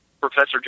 Professor